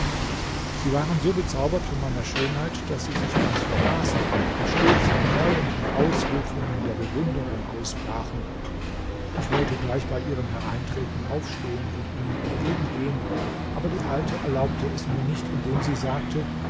sie waren so bezaubert von meiner schönheit daß sie sich ganz vergaßen und stets von neuem in ausrufungen der bewunderung ausbrachen ich wollte gleich bei ihrem hereintreten aufstehen und ihnen entgegengehen aber die alte erlaubte es mir nicht indem sie sagte